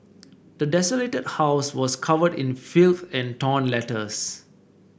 the desolated house was covered in filth and torn letters